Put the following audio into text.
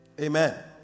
Amen